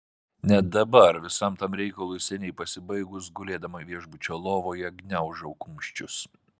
net dabar visam tam reikalui seniai pasibaigus gulėdama viešbučio lovoje gniaužau kumščius